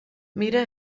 mira